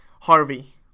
Harvey